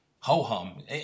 Ho-hum